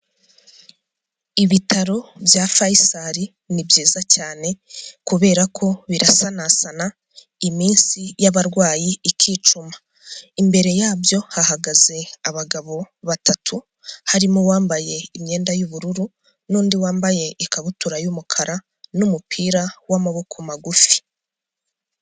Ibitaro bya faisal ni byiza cyane kubera ko birasanasana iminsi y'abarwayi ikicuma. Imbere yabyo hahagaze abagabo batatu, harimo uwambaye imyenda y'ubururu n'undi wambaye ikabutura y'umukara n'umupira w'amaboko magufi.